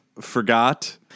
forgot